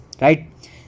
right